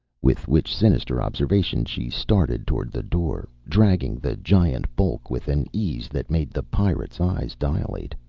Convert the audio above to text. with which sinister observation she started toward the door, dragging the giant bulk with an ease that made the pirate's eyes dilate.